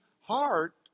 heart